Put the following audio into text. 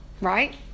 Right